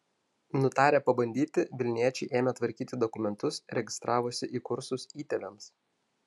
nutarę pabandyti vilniečiai ėmė tvarkyti dokumentus registravosi į kursus įtėviams